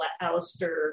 Alistair